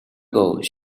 goes